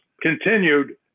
continued